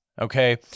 okay